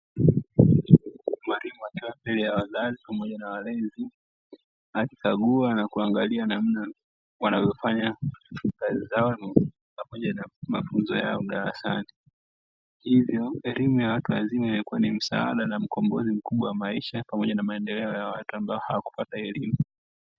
Mwalimu akiwa mbele ya wazazi pamoja na walezi, akikagua na kuangalia namna wanavyofanya kazi zao pamoja na mafunzo yao darasani. Hivyo elimu ya watu wazima imekuwa ni msaada na mkombozi mkubwa wa maisha, pamoja na maendeleo ya watu ambao hawakupata elimu.